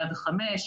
105,